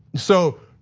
so,